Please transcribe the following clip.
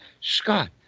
Scott